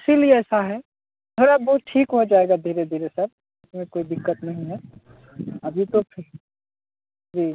इसलिए ऐसा है थोड़ा बहुत ठीक हो जाएगा धीरे धीरे में सर कोई दिक्कत नहीं है अभी तो फिल जी